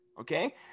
Okay